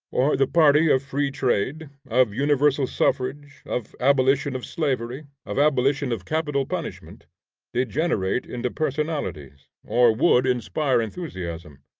or the party of free-trade, of universal suffrage, of abolition of slavery, of abolition of capital punishment degenerate into personalities, or would inspire enthusiasm.